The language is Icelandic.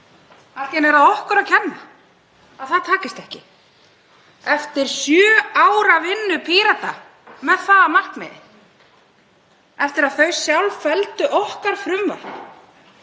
einu er það okkur að kenna að það takist ekki. Eftir sjö ára vinnu Pírata með það að markmiði, eftir að þau sjálf felldu frumvarp